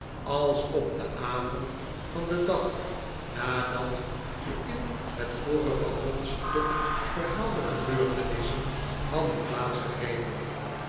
als op den avond van den dag nadat de in het vorige hoofdstuk verhaalde gebeurtenissen hadden plaats gegrepen